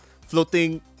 floating